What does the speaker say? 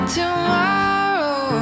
tomorrow